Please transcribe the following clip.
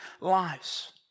lives